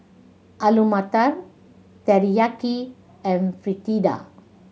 Alu Matar Teriyaki and Fritada